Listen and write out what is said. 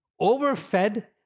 overfed